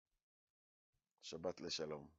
שבת לשלום.